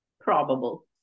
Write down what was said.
Probable